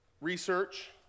research